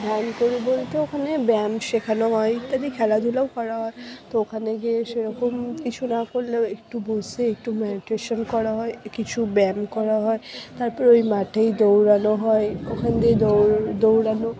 ধ্যান করি বলতে ওখানে ব্যায়াম শেখানো হয় ইত্যাদি খেলাধূলাও করা হয় তো ওখানে গিয়ে সেরকম কিছু না করলেও একটু বসে একটু ম্যাডিটেশন করা হয় কিছু ব্যায়াম করা হয় তারপর ওই মাঠেই দৌড়ানো হয় ওখান দিয়ে দৌড় দৌড়ানো